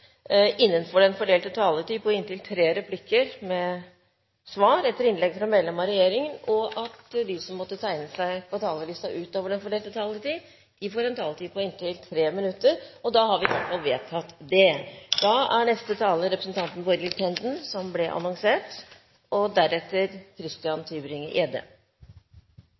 på inntil tre replikker med svar etter innlegg fra medlem av regjeringen innenfor den fordelte taletid. Videre blir det foreslått at de som måtte tegne seg på talerlisten utover den fordelte taletid, får en taletid på inntil 3 minutter. – Det anses vedtatt. I innstillingen framgår det